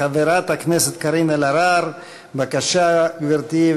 חברת הכנסת קארין אלהרר, בבקשה, גברתי.